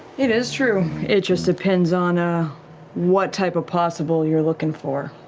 it is true. it just depends on ah what type ah possible you're looking for.